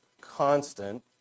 constant